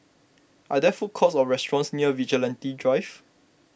are there food courts or restaurants near Vigilante Drive